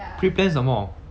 pre-plan 什么